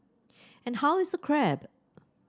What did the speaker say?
and how is the crab